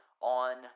on